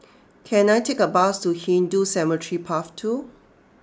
can I take a bus to Hindu Cemetery Path two